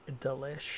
delish